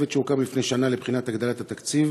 צוות שהוקם לפני שנה לבחינת הגדלת התקציב